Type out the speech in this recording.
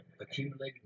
accumulated